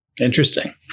interesting